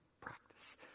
Practice